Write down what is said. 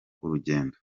urugendo